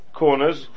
corners